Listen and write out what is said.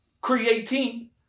creating